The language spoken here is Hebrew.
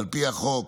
על פי החוק,